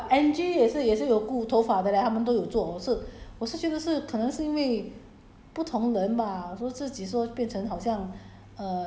我们没有什么去弄那个头发 leh 头发很多白头发 leh but angie 也是也是有顾头发的 leh 他们都有做我是我是觉得是可能是因为